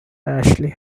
ashley